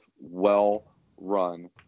well-run